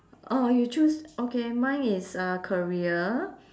orh you choose okay mine is uh career